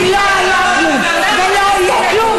אם לא היה כלום ולא יהיה כלום,